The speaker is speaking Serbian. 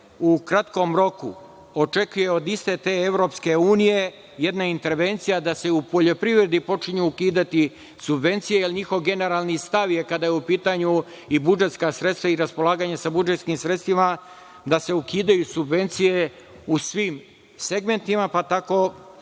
u kratkom roku očekuje od iste te EU jedna intervencija da se u poljoprivredi počinju ukidati subvencije jer njihov generalni stav je, kada su u pitanju i budžetska sredstva i raspolaganje budžetskim sredstvima, da se ukidaju subvencije u svim segmentima, pa tako